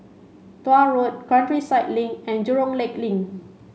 Tuah Road Countryside Link and Jurong Lake Link